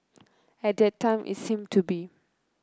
at that time it seemed to be